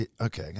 Okay